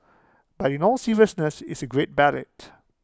but in all seriousness it's A great ballad